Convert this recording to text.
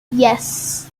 yes